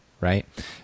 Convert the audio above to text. Right